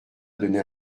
donner